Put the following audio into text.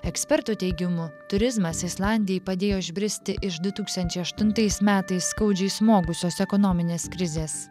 ekspertų teigimu turizmas islandijai padėjo išbristi iš du tūkstančiai aštuntais metais skaudžiai smogusios ekonominės krizės